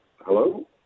hello